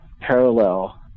parallel